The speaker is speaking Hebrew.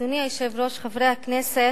אדוני היושב-ראש, חברי הכנסת,